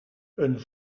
een